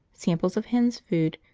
samples of hens' food,